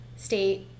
state